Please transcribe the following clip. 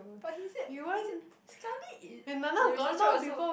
but he said we said sekali it the instruction also